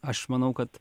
aš manau kad